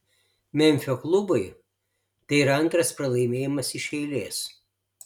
memfio klubui tai yra antras pralaimėjimas iš eilės